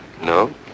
No